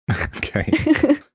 Okay